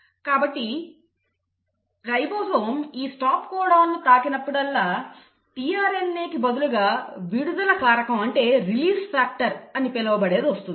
కాబట్టి రైబోజోమ్ ఈ స్టాప్ కోడాన్ను తాకినప్పుడల్లా tRNAకి బదులుగా "విడుదల కారకం" అంటే రిలీజ్ ఫాక్టర్ అని పిలవబడేది వస్తుంది